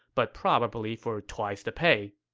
but probably for twice the pay.